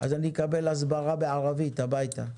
אז אני אקבל הסברה בערבית הביתה.